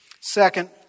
Second